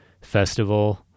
festival